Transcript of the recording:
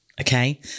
Okay